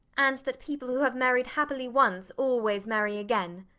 and that people who have married happily once always marry again?